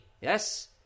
Yes